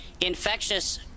infectious